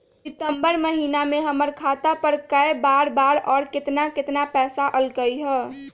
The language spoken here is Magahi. सितम्बर महीना में हमर खाता पर कय बार बार और केतना केतना पैसा अयलक ह?